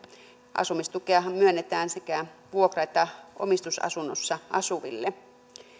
asumistukeahan myönnetään sekä vuokra että omistusasunnossa asuville